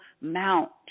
mount